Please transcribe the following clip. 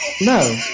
No